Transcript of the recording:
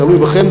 תלוי בכם,